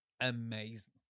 Amazing